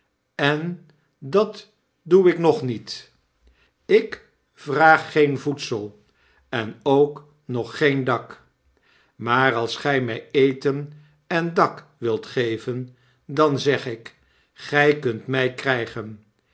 en dat doe ik nog niet i k vraag geen voedsel en ook nog geen dak maar als gy my eten en dak wilt geven dan zeg ik gij kunt my krygen